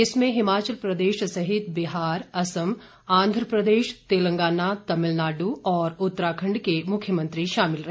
इसमें हिमाचल प्रदेश सहित बिहार असम आंध्र प्रदेश तेलंगाना तमिलनाडु और उत्तराखंड के मुख्यमंत्री शामिल रहे